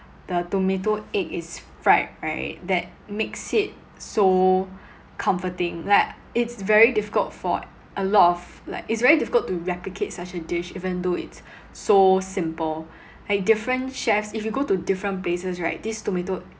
the tomato egg is fried right that makes it so comforting that it's very difficult for a lot of like it's very difficult to replicate such a dish even though it's so simple like different chefs if you go to different places right this tomato